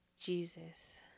Jesus